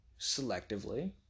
selectively